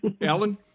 Alan